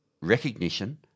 recognition